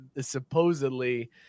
Supposedly